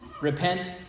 Repent